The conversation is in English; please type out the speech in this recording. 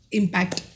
impact